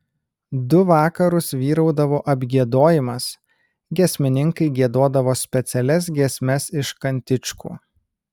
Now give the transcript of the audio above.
du vakarus vyraudavo apgiedojimas giesmininkai giedodavo specialias giesmes iš kantičkų